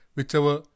Whichever